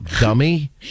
Dummy